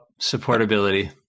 supportability